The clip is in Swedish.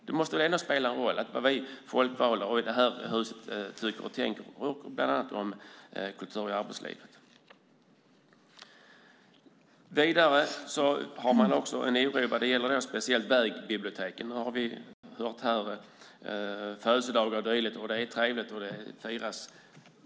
Det måste väl ändå spela roll vad folkvalda och vi i det här huset tycker och tänker, bland annat om Kultur i arbetslivet. Vidare finns det en oro vad gäller speciellt vägbiblioteken. Vi har nu hört här om födelsedagar och dylikt. Det är trevligt att de firas.